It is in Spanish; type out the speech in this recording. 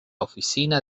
oficina